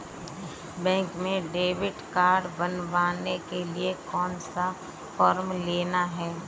Bank में debit card बनवाने के लिए कौन सा फॉर्म लेना है?